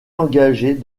engagée